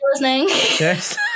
Yes